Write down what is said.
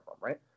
right